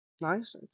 Nice